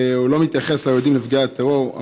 הוא לא מתייחס ליהודים נפגעי הטרור.